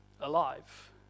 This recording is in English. alive